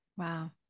Wow